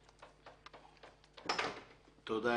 תודה.